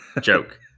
Joke